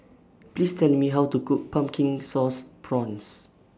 Please Tell Me How to Cook Pumpkin Sauce Prawns